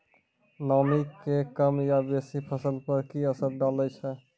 नामी के कम या बेसी फसल पर की असर डाले छै?